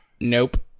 Nope